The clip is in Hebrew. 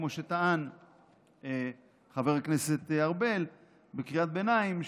כמו שטען חבר ארבל בקריאת ביניים,